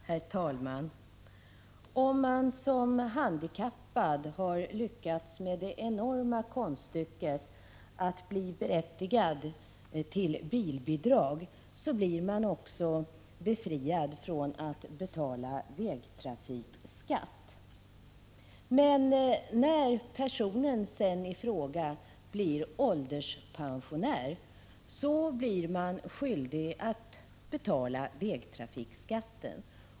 Herr talman! Om man som handikappad har lyckats med det enorma konststycket att bli berättigad till bilbidrag, blir man också befriad från att betala vägtrafikskatt. Men när man sedan blir ålderspensionär, blir man skyldig att betala vägtrafikskatten.